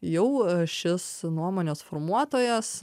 jau šis nuomonės formuotojas